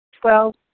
Twelve